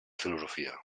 filosofia